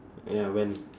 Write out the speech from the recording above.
ya when